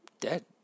dead